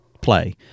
play